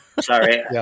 Sorry